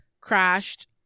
crashed